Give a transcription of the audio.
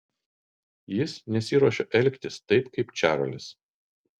jis nesiruošia elgtis taip kaip čarlis